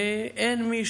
ואין מי